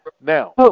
Now